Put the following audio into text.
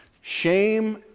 Shame